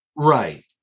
Right